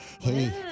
Hey